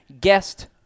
guest